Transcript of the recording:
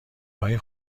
های